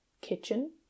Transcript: Kitchen